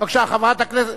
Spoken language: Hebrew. בבקשה, חברת הכנסת,